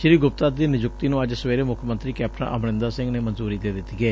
ਸ੍ਰੀ ਗੁਪਤਾ ਦੀ ਨਿਯੁਕਤੀ ਨੂੰ ਅੱਜ ਸਵੇਰੇ ਮੁੱਖ ਮੰਤਰੀ ਕੈਪਟਨ ਅਮਰਿੰਦਰ ਸਿੰਘ ਨੇ ਮਨਜੁਰੀ ਦੇ ਦਿੱਤੀ ਏ